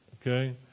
okay